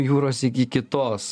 jūros iki kitos